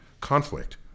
conflict